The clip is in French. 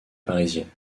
parisienne